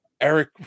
Eric